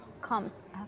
comes